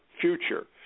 future